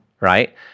right